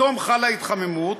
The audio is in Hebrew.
פתאום חלה התחממות,